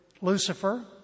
Lucifer